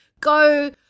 go